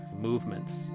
movements